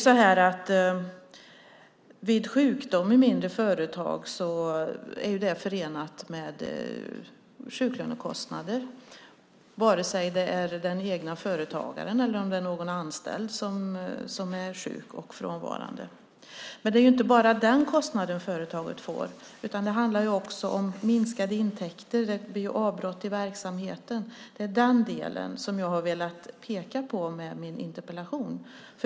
Sjukdom hos personal i mindre företag är förenad med sjuklönekostnader, vare sig det är egenföretagaren eller någon anställd som är sjuk och frånvarande. Men det är inte bara den kostnaden företaget får, utan det handlar också om minskade intäkter när det blir avbrott i verksamheten. Det är den delen som jag har velat peka på i min interpellation.